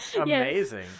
amazing